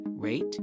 rate